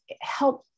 help